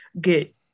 get